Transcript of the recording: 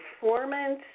performance